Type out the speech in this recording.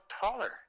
taller